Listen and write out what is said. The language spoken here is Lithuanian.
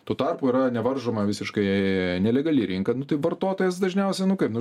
tuo tarpu yra nevaržoma visiškai nelegali rinka nu tai vartotojas dažniausiai nu kaip nu